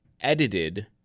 edited